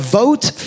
vote